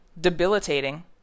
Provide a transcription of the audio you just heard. debilitating